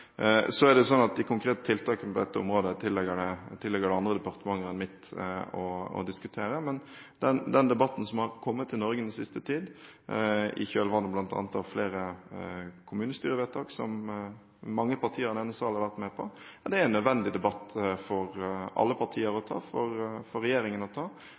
Så er det sånn at de konkrete tiltakene på dette området tilligger et annet departement enn mitt å diskutere. Den debatten som har kommet til Norge den siste tiden, i kjølvannet bl.a. av flere kommunestyrevedtak som mange partier i denne sal har vært med på, er en nødvendig debatt for flere partier å ta, og for regjeringen å ta,